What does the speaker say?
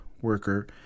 worker